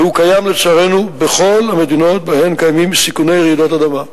והוא קיים לצערנו בכל המדינות שבהן קיימים סיכוני רעידות אדמה.